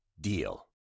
DEAL